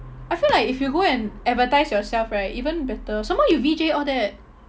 I feel like if you go and advertise yourself right even better some more you V_J all that